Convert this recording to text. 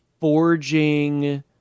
forging